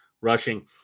rushing